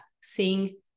seeing